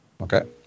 Okay